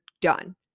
done